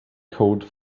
code